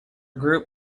group